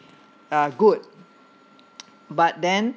uh good but then